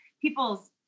People's